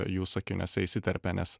jų sakiniuose įsiterpia nes